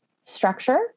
structure